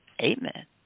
Amen